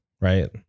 right